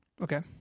Okay